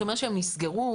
אתה אומר שהם נסגרו.